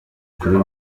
kuri